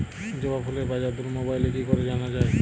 জবা ফুলের বাজার দর মোবাইলে কি করে জানা যায়?